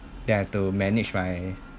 they have to manage my